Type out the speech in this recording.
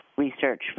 Research